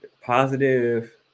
positive